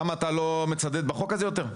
למה אתה לא מצדד בחוק הזה יותר?